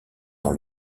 dans